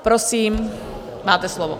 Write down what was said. Prosím, máte slovo.